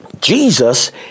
Jesus